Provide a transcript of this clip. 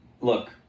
Look